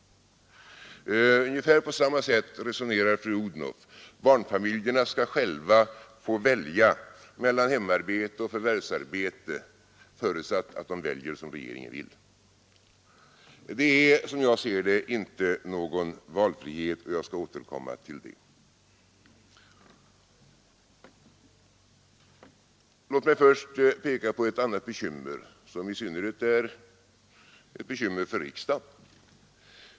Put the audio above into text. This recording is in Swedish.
Ungefär på samma sätt resonerar fru Odhnoff: Barnfamiljerna skall själva få välja mellan hemarbete och förvärvsarbete, förutsatt att de väljer som regeringen vill. Det är som jag ser det ingen valfrihet, och jag skall återkomma till det. Låt mig först peka på ett annat bekymmer, som i synnerhet är ett bekymmer för riksdagen.